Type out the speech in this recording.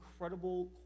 incredible